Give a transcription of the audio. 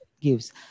gives